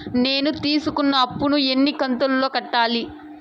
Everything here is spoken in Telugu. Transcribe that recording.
నేను తీసుకున్న అప్పు ను ఎన్ని కంతులలో కట్టాలి?